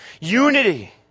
Unity